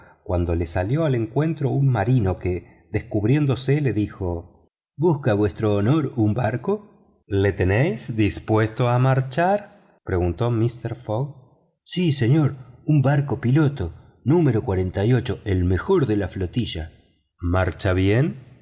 cuando le salió al encuentro un marino que descubriéndose le dijo busca vuestro honor un barco lo tenéis dispuesto a marchar preguntó mister fogg sí señor un barco piloto el número el mejor de la flotilla marcha bien